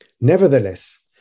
Nevertheless